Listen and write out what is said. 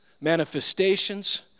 manifestations